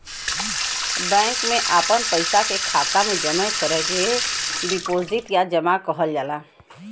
bank मे आपन पइसा के खाता मे जमा करे के डीपोसिट या जमा कहल जाला